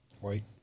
white